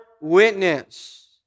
witness